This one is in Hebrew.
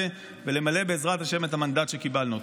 ולמלא בעזרת השם את המנדט שקיבלנו.